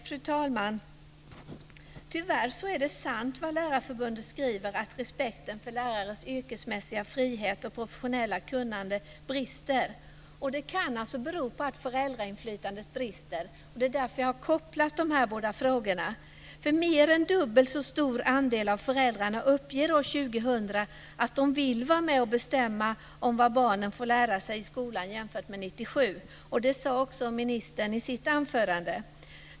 Fru talman! Tyvärr är det som Lärarförbundet skriver om att respekten för lärares yrkesmässiga frihet och professionella kunnande brister sant. Det kan bero på att föräldrainflytandet brister. Det är därför jag har kopplat dessa båda frågor till varandra. 2000 att de vill vara med och bestämma om vad barnen får lära sig i skolan jämfört med 1997. Det sade också ministern i sitt anförande.